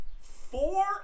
four